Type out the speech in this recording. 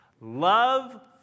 love